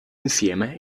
insieme